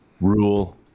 rule